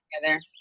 together